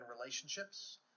relationships